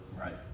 Right